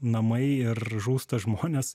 namai ir žūsta žmonės